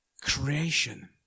creation